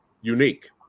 unique